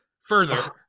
further